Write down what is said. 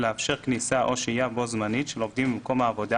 לאפשר כניסה או שהייה בו־זמנית של עובדים במקום העבודה